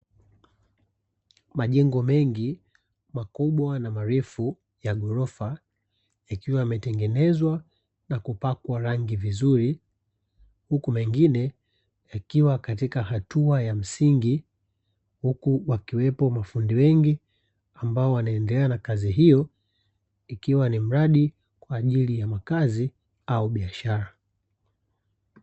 Majengo mengi makubwa na marefu ya gorofa, yakiwa yametengenezwa na kupakwa rangi vizuri, huku mengine yakiwa katika hatua ya msingi, huku wakiwepo mafundi wengi ambao wanaendelea na kazi hiyo, ikiwa ni mradi kwa ajili ya makazi au biashara.